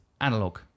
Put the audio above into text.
analog